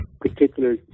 particular